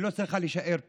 ולא צריכה להישאר פה.